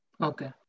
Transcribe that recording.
Okay